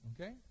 okay